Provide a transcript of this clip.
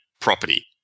property